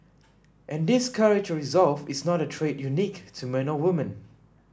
and this courage or resolve is not a trait unique to men or woman